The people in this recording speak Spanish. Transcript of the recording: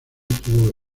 tuvo